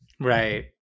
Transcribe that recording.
Right